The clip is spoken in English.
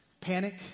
Panic